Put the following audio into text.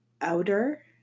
outer